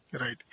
Right